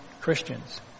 Christians